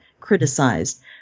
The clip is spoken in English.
criticized